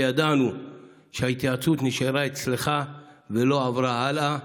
וידענו שההתייעצות נשארה אצלך ולא עברה הלאה.